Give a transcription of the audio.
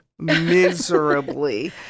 miserably